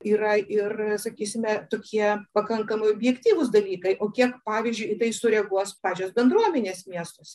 yra ir sakysime tokie pakankamai objektyvūs dalykai o kiek pavyzdžiui į tai sureaguos pačios bendruomenės miestuose